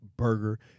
Burger